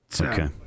Okay